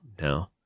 no